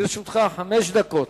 לרשותך חמש דקות.